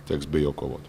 teks be jo kovoti